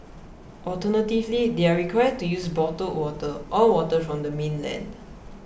alternatively they are required to use bottled water or water from the mainland